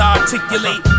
articulate